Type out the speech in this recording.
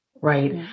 right